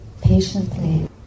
patiently